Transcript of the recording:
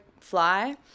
fly